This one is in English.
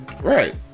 Right